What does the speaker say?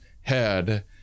head